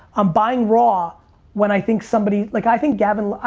i'm buying raw when i think somebody, like i think gavin,